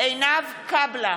(קוראת